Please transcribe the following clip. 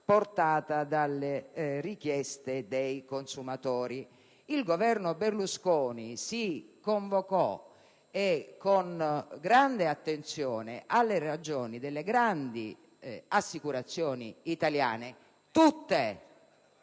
dalle richieste dei consumatori, ricorrere in appello. Il Governo Berlusconi si convocò e con grande attenzione alle ragioni delle grandi assicurazioni italiane - tutte